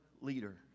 leader